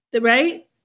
right